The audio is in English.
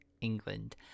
England